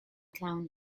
clown